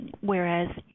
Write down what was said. Whereas